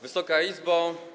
Wysoka Izbo!